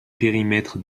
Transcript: périmètre